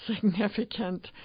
significant